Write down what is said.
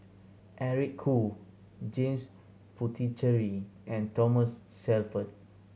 Eric Khoo James Puthucheary and Thomas Shelford